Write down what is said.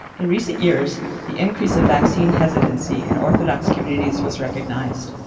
in recent years the increase of vaccine hesitancy in orthodox communities was recognized.